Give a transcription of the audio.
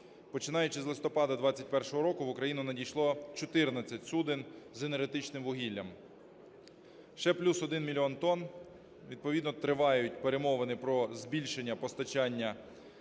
Починаючи з листопада 21-го року, в Україну надійшло 14 суден з енергетичним вугіллям, ще плюс 1 мільйон тонн. Відповідно тривають перемови про збільшення постачання вугілля